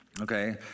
Okay